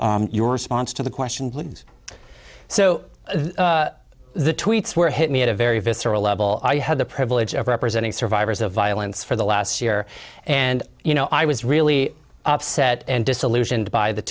your response to the question please so the tweets were hit me at a very visceral level i had the privilege of representing survivors of violence for the last year and you know i was really upset and disillusioned by the